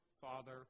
father